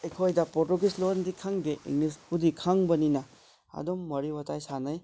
ꯑꯩꯈꯣꯏꯗ ꯄ꯭ꯔꯣꯇꯨꯒꯨꯏꯁ ꯂꯣꯟꯗꯤ ꯈꯪꯗꯦ ꯏꯪꯂꯤꯁꯄꯨꯗꯤ ꯈꯪꯕꯅꯤꯅ ꯑꯗꯨꯝ ꯋꯥꯔꯤ ꯋꯥꯇꯥꯏ ꯁꯥꯅꯩ